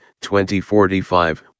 2045